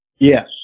Yes